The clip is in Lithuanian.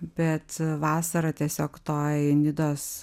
bet vasarą tiesiog toj nidos